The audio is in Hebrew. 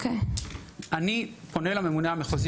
אני פונה לממונה המחוזי,